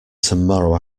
tomorrow